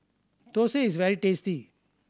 thosai is very tasty